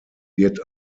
wird